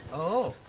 oh,